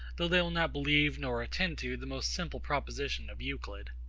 though they will not believe nor attend to the most simple proposition of euclid.